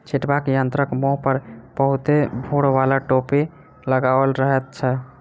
छिटबाक यंत्रक मुँह पर बहुते भूर बाला टोपी लगाओल रहैत छै